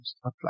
apply